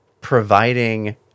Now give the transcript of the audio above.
providing